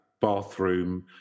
bathroom